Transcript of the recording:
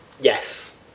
Yes